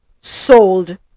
sold